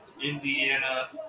Indiana